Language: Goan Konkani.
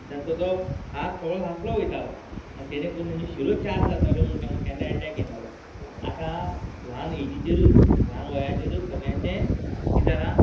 तांचो जो हात सगळो घांसलो वयतालो आनी ताणे करून तांच्यो शिरो चार्ज जाताल्यो म्हूण तांकां केन्ना एटॅक येय नाल्हो आतां ल्हान एजीचेरच ल्हान वयाचेरूच सगळ्यांचें कित जालां